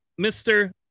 Mr